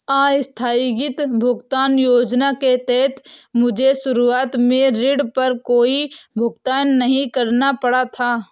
आस्थगित भुगतान योजना के तहत मुझे शुरुआत में ऋण पर कोई भुगतान नहीं करना पड़ा था